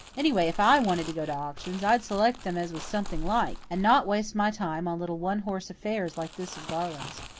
anyway, if i wanted to go to auctions, i'd select them as was something like, and not waste my time on little one-horse affairs like this of garland's.